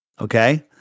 Okay